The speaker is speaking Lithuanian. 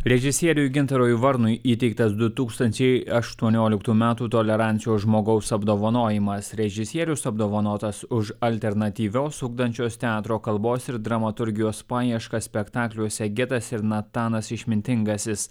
režisieriui gintarui varnui įteiktas du tūkstančiai aštuonioliktų metų tolerancijos žmogaus apdovanojimas režisierius apdovanotas už alternatyvios ugdančios teatro kalbos ir dramaturgijos paieškas spektakliuose getas ir natanas išmintingasis